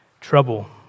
trouble